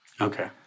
Okay